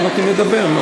הם לא נותנים לדבר.